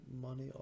money